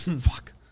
Fuck